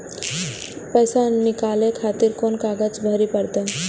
पैसा नीकाले खातिर कोन कागज भरे परतें?